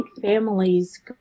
Families